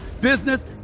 business